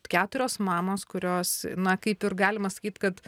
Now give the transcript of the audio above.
keturios mamos kurios na kaip ir galima sakyt kad